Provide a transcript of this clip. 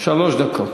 שלוש דקות.